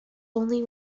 only